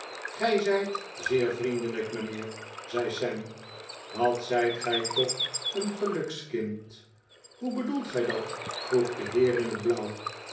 gij zijt zeer vriendelijk mijnheer zei sam wat zijt gij toch een gelukskind hoe bedoelt gij dat vroeg de heer in het blauw